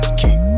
keep